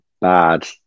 bad